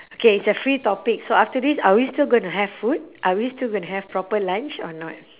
K it's a free topic so after this are we still gonna have food are we still gonna have proper lunch or not